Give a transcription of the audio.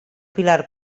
pilar